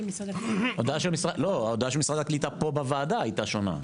ההודעה של משרד הקליטה פה בוועדה הייתה שונה.